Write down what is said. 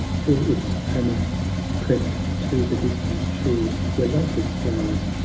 till its tremor crept to the distant shores where lotus flowers,